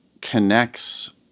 connects